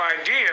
idea